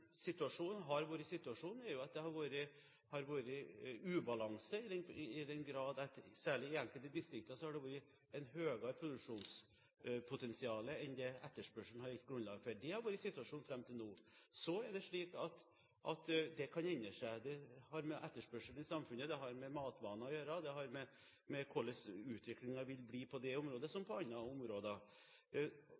at det har vært ubalanse i den grad at det særlig i enkelte distrikter har vært et høyere produksjonspotensial enn det etterspørselen har gitt grunnlag for. Det har vært situasjonen fram til nå. Så er det slik at det kan endre seg. Det har med etterspørsel i samfunnet og matvaner å gjøre, og det har med hvordan utviklingen vil bli på det området – som